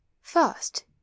First